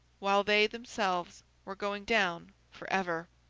while they themselves were going down for ever.